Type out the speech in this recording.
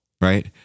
Right